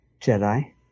Jedi